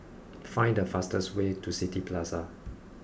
find the fastest way to City Plaza